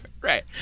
Right